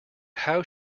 how